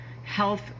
health